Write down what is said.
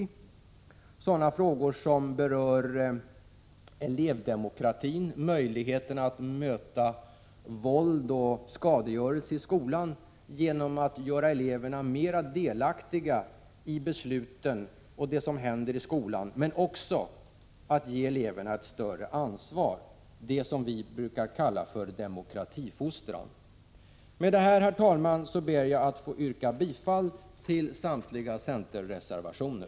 Vi har tagit upp frågor som berör elevdemokratin och möjligheterna att möta våld och skadegörelse i skolan genom att dels göra eleverna mer delaktiga i besluten och i det som händer i skolan, dels också ge dem ett större ansvar. Det gäller sådant som vi brukar kalla för demokratifostran. Med detta, herr talman, ber jag att få yrka bifall till samtliga centerreservationer.